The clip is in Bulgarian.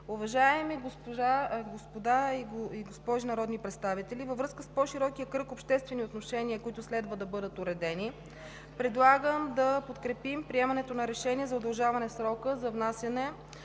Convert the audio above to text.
Уважаеми госпожи и господа народни представители, във връзка с по-широкия кръг обществени отношения, които следва да бъдат уредени, предлагам на подкрепим приемането на Решение за удължаване срока за внасяне